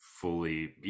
fully